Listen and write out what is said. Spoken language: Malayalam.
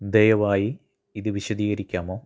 ദയവായി ഇത് വിശദീകരിക്കാമോ